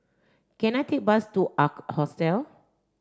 can I take bus to Ark Hostel